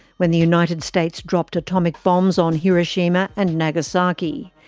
when the united states dropped atomic bombs on hiroshima and nagasaki.